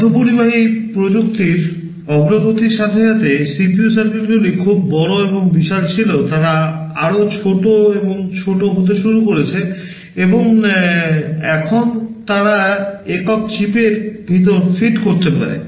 অর্ধপরিবাহী প্রযুক্তির অগ্রগতির সাথে আগে CPU সার্কিটগুলি খুব বড় এবং বিশাল ছিল তারা আরও ছোট এবং ছোট হতে শুরু করেছে এবং এখন তারা একক চিপের ভিতরে ফিট করতে পারে